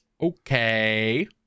Okay